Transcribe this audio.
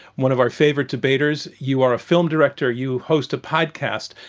one of our favorite debaters. you are a film director. you host a podcast.